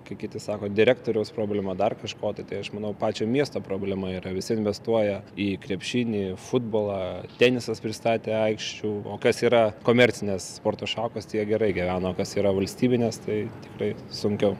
kaip kiti sako direktoriaus problema dar kažko tai aš manau pačio miesto problema yra visi investuoja į krepšinį futbolą tenisas pristatė aikščių o kas yra komercinės sporto šakos tie jie gerai gyvena o kas yra valstybinės tai tikrai sunkiau